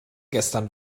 gestern